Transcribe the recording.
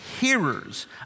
hearers